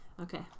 Okay